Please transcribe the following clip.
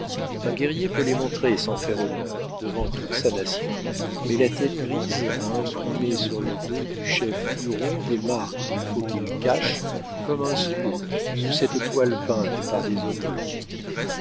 un guerrier peut les montrer et s'en faire honneur devant toute sa nation mais la tête grise a imprimé sur le dos du chef huron des marques qu'il faut qu'il cache comme un squaw sous cette toile peinte par des hommes blancs